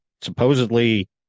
supposedly